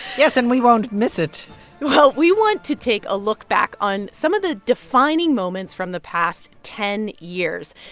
yes, and we won't miss it well, we want to take a look back on some of the defining moments from the past ten years.